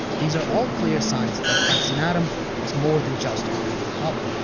these are all clear signs that fraxinetum was more than just a raiding hub.